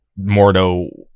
mordo